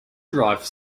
drive